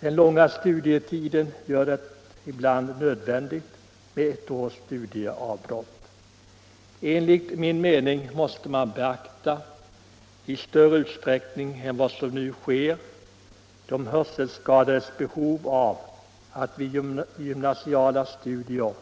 Den långa studietiden gör det ibland nödvändigt med ett års studieavbrott. Enligt min mening måste man i större utsträckning än vad som nu sker beakta de hörselskadades behov av att vid gymnasiala studier